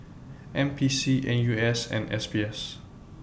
N P C N U S and S B S